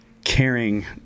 caring